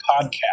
podcast